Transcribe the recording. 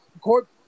court